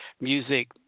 music